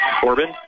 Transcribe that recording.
Corbin